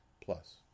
Plus